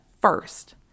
first